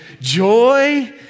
Joy